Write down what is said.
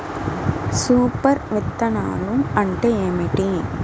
Super విత్తనాలు అంటే ఏమిటి?